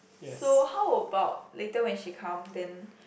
so how about later when she come then